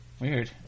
Weird